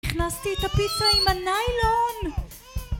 הכנסתי את הפיצה עם הניילון!